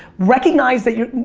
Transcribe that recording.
recognize that your,